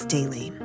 Daily